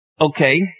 Okay